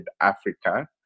Africa